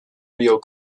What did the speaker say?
rio